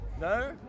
No